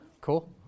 Cool